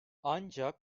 ancak